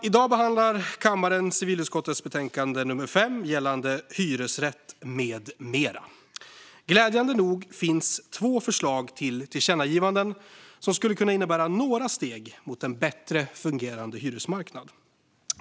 I dag behandlar kammaren civilutskottets betänkande nummer 5 Hyresrätt m.m. Glädjande nog finns två förslag till tillkännagivanden som skulle kunna innebära några steg mot en bättre fungerande hyresmarknad.